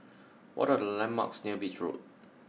what are the landmarks near Beach Road